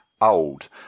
old